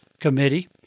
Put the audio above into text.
Committee